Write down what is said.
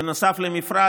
בנוסף למפרט,